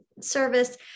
service